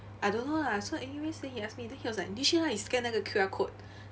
I don't know lah so anyways then he asked me then he was like 你去 lah scan 那个 Q_R code